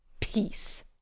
peace